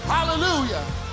Hallelujah